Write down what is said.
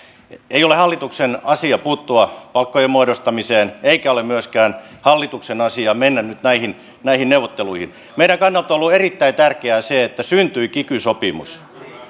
ei ole hallituksen asia puuttua palkkojen muodostamiseen eikä ole myöskään hallituksen asia mennä näihin näihin neuvotteluihin meidän kannaltamme on ollut erittäin tärkeää se että syntyi kiky sopimus